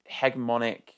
hegemonic